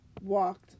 walked